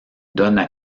donnent